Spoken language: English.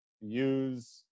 use